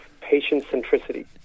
patient-centricity